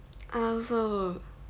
I also